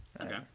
Okay